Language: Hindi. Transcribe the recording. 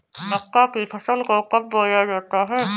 मक्का की फसल को कब बोया जाता है?